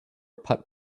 putt